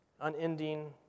unending